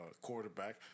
quarterback